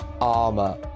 armor